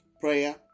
Prayer